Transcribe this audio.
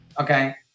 Okay